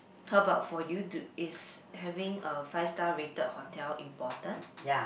how about for you do is having a five star rated hotel important